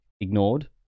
ignored